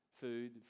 food